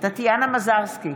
טטיאנה מזרסקי,